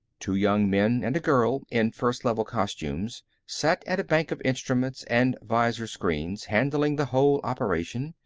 two young men and a girl, in first level costumes, sat at a bank of instruments and visor-screens, handling the whole operation,